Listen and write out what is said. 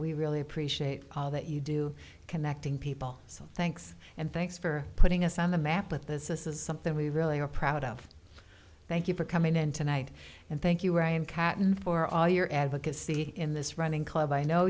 we really appreciate all that you do connecting people so thanks and thanks for putting us on the map with this is something we really are proud of thank you for coming in tonight and thank you ryan caton for all your advocacy in this running club i know